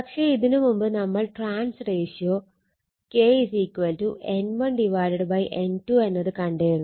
പക്ഷെ ഇതിനു മുമ്പ് നമ്മൾ turns ratio K N1 N2 എന്നത് കണ്ടിരുന്നു